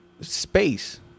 space